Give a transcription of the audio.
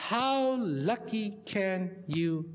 how lucky can you